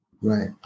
Right